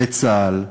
בצה"ל,